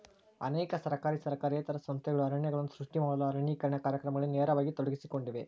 ಅನೇಕ ಸರ್ಕಾರಿ ಸರ್ಕಾರೇತರ ಸಂಸ್ಥೆಗಳು ಅರಣ್ಯಗಳನ್ನು ಸೃಷ್ಟಿಸಲು ಅರಣ್ಯೇಕರಣ ಕಾರ್ಯಕ್ರಮಗಳಲ್ಲಿ ನೇರವಾಗಿ ತೊಡಗಿಸಿಕೊಂಡಿವೆ